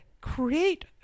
create